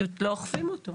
שלא אוכפים אותו.